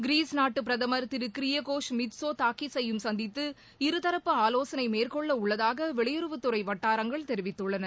கிரிஸ் நாட்டு பிரதம் கிரியகோஷ் மித்ஸோ தாக்கீஸையும் சந்தித்து இருதரப்பு ஆலோசனை மேற்கொள்ள உள்ளதாக வெளியுறவுத்துறை வட்டாரங்கள் தெரிவித்துள்ளன